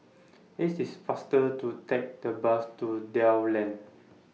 IT IS faster to Take The Bus to Dell Lane